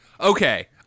okay